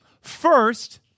first